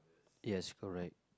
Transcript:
yes correct